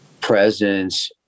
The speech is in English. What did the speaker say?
presence